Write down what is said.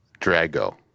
Drago